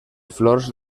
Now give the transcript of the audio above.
flors